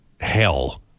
hell